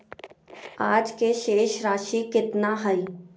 आज के शेष राशि केतना हइ?